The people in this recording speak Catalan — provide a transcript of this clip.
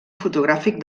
fotogràfic